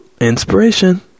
Inspiration